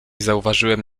zauważyłem